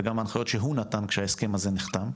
וגם ההנחיות שהוא נתן כשההסכם הזה נחתם.